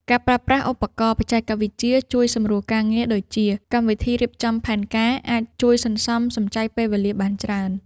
ការប្រើប្រាស់ឧបករណ៍បច្ចេកវិទ្យាជួយសម្រួលការងារ ដូចជាកម្មវិធីរៀបចំផែនការ អាចជួយសន្សំសំចៃពេលវេលាបានច្រើន។